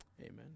amen